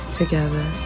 together